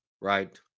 right